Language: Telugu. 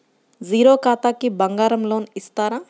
జీరో ఖాతాకి బంగారం లోన్ ఇస్తారా?